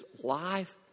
life